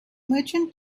merchant